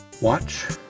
Watch